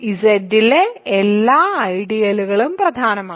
Z ലെ എല്ലാ ഐഡിയലുകളും പ്രധാനമാണ്